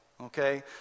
okay